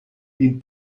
been